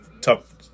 tough